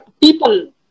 people